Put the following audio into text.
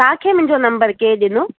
तव्हांखे मुंहिंजो नंबर केर ॾिनो